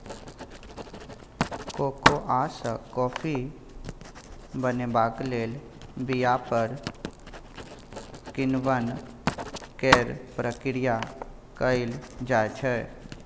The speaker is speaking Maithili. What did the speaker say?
कोकोआ सँ कॉफी बनेबाक लेल बीया पर किण्वन केर प्रक्रिया कएल जाइ छै